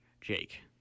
Jake